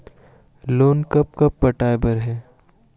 Loan कब कब पटाए बर हे?